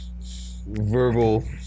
Verbal